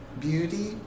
Beauty